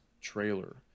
trailer